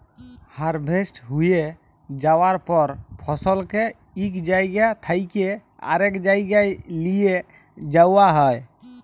harvest হঁয়ে যাউয়ার পর ফসলকে ইক জাইগা থ্যাইকে আরেক জাইগায় লিঁয়ে যাউয়া হ্যয়